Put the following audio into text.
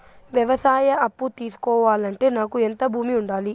వ్యవసాయ అప్పు తీసుకోవాలంటే నాకు ఎంత భూమి ఉండాలి?